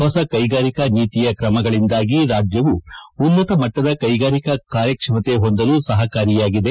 ಹೊಸ ಕೈಗಾರಿಕಾ ನೀತಿ ಕ್ರಮಗಳಿಂದಾಗಿ ರಾಜ್ಯವು ಉನ್ನತ ಮಟ್ಟದ ಕೈಗಾರಿಕಾ ಕಾರ್ಯಕ್ಷಮತೆ ಹೊಂದಲು ಸಪಕಾರಿಯಾಗಿದೆ